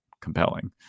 compelling